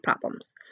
problems